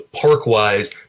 park-wise